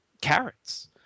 carrots